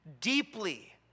deeply